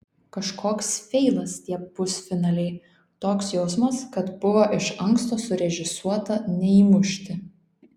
kažkoks feilas tie pusfinaliai toks jausmas kad buvo iš anksto surežisuota neįmušti